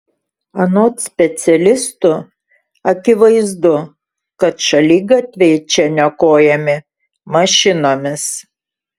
anot specialistų akivaizdu kad šaligatviai čia niokojami mašinomis